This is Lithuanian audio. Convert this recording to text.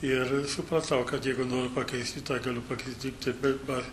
ir supratau kad jeigu noriu pakeisti tą galiu pakeisti tiktai dabar